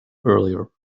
earlier